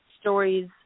stories